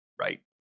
right